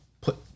put